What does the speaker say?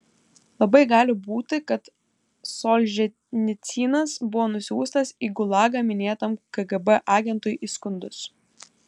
labai gali būti kad solženicynas buvo nusiųstas į gulagą minėtam kgb agentui įskundus